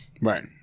Right